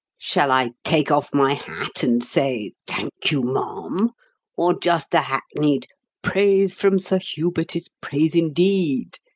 shall i take off my hat and say thank you, ma'am' or just the hackneyed praise from sir hubert is praise indeed?